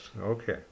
okay